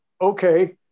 okay